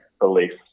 beliefs